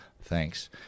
Thanks